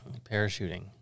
Parachuting